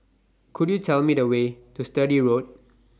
Could YOU Tell Me The Way to Sturdee Road